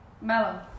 Melo